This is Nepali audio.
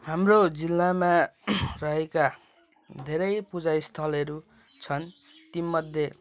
हाम्रो जिल्लामा रहेका धेरै पूजा स्थलहरू छन ती मध्ये